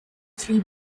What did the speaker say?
three